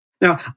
Now